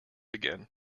again